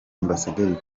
ambasaderi